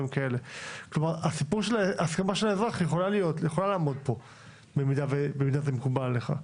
סיפור ההסכמה של האזרח יכול לעמוד פה במידה וזה מקובל עליך.